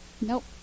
Nope